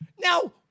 Now